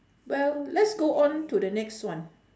well let's go on to the next one